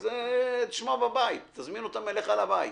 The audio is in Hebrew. את זה תשמע בבית, תזמין אותם אליך לבית,